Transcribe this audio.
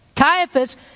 Caiaphas